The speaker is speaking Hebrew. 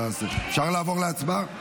אפשר לעבור להצבעה?